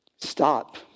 Stop